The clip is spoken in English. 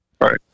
right